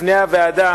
בפני הוועדה